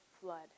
flood